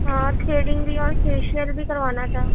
ہاں تھریڈنگ بھی اور فیشیل بھی کروانا تھا